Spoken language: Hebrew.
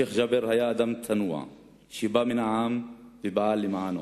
שיח' ג'בר היה אדם צנוע שבא מן העם ופעל למענו.